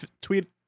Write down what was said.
tweet